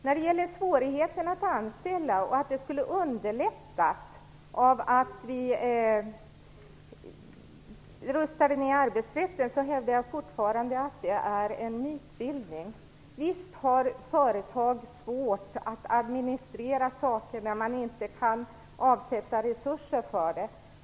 När det gäller svårigheten att anställa och att det skulle underlättas av att vi rustar ner arbetsrätten hävdar jag fortfarande att det är en mytbildning. Visst har företag svårt att administrera saker när man inte kan avsätta resurser för det.